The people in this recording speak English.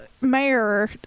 mayor